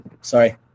Sorry